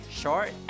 short